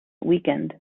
weakened